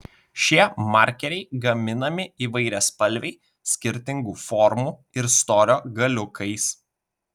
šie markeriai gaminami įvairiaspalviai skirtingų formų ir storio galiukais